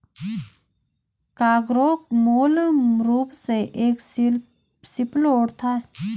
cargo मूल रूप से एक शिपलोड था